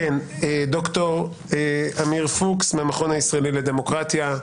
ד"ר עמיר פוקס מהמכון הישראלי לדמוקרטיה,